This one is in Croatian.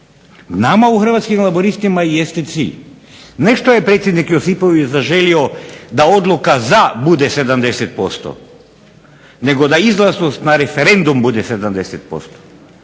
nama u Hrvatskim laburistima jeste cilj, ne što je predsjednik Josipović zaželio da odluka za bude 70% nego da izlaznost na referendum bude 70%,